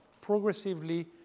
progressively